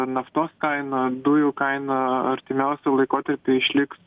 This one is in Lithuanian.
naftos kaina dujų kaina artimiausiu laikotarpiu išliks